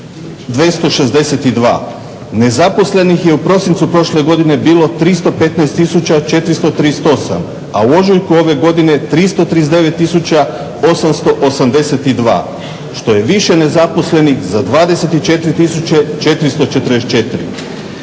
262. Nezaposlenih je u prosincu prošle godine bilo 315 tisuće 438, a u ožujku ove godine 339 tisuća 882 što je više nezaposlenih za 24